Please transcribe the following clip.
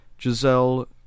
Giselle